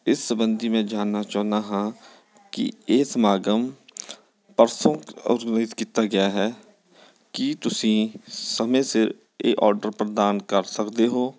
ਇਸ ਸਬੰਧੀ ਮੈਂ ਜਾਣਨਾ ਚਾਹੁੰਦਾ ਹਾਂ ਕਿ ਇਹ ਸਮਾਗਮ ਪਰਸੋਂ ਔਰਗਨਾਈਜ ਕੀਤਾ ਗਿਆ ਹੈ ਕੀ ਤੁਸੀਂ ਸਮੇਂ ਸਿਰ ਇਹ ਔਡਰ ਪ੍ਰਦਾਨ ਕਰ ਸਕਦੇ ਹੋ